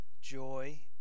joy